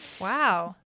Wow